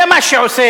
זה מה שעושה,